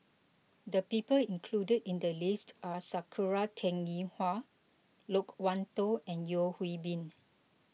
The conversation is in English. the people included in the list are Sakura Teng Ying Hua Loke Wan Tho and Yeo Hwee Bin